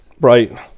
right